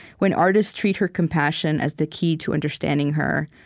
when artists treat her compassion as the key to understanding her,